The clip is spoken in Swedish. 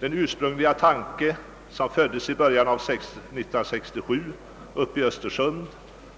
Den ursprungliga tanken, som föddes i början av 1967 uppe i Östersund,